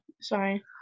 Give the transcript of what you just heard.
sorry